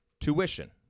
Tuition